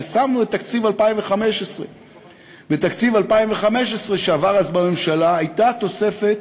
ושמנו את תקציב 2015. בתקציב 2015 שעבר אז בממשלה הייתה תוספת